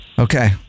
Okay